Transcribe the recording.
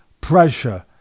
pressure